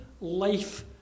life